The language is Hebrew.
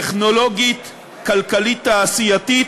טכנולוגית-כלכלית-תעשייתית.